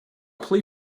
plea